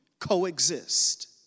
coexist